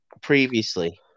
previously